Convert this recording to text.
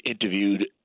interviewed